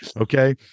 Okay